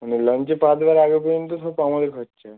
লঞ্চে পা দেওয়ার আগে পর্যন্ত সব আমাদের খরচা